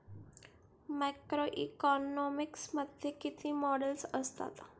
Macroeconomics मध्ये किती models असतात?